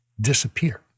disappear